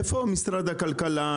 איפה משרד הכלכלה?